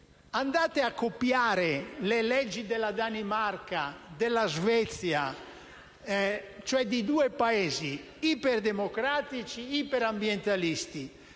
di copiare le leggi della Danimarca e della Svezia, cioè di due Paesi iperdemocratici e iperambientalisti;